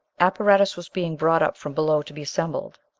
apparatus was being brought up from below to be assembled.